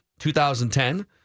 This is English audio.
2010